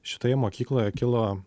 šitoje mokykloje kilo